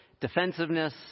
defensiveness